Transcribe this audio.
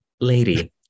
lady